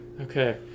Okay